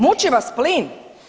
Muči vas plin?